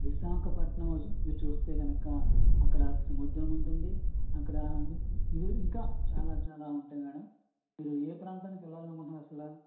విశాఖపట్నం ఇవి చూస్తే కనుక అక్కడ సముద్రం ఉంటుంది అక్కడ వేరు ఇంకా చాలా చాలా ఉంటాయి మేడం మీరు ఏ ప్రాంతానికి వెళ్ళాలి అనుకుంటున్నారు అసలా